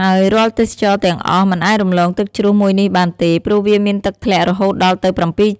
ហើយរាល់ទេសចរទាំងអស់ មិនអាចរំលងទឹកជ្រោះមួយនេះបានទេ ព្រោះវាមានទឹកធ្លាក់រហូតដល់ទៅ៧